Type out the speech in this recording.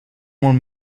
molt